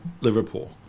Liverpool